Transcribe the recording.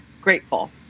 grateful